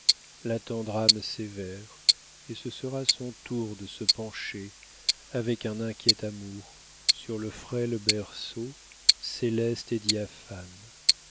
âme sévère et ce sera son tour de se pencher avec un inquiet amour sur le frêle berceau céleste et diaphane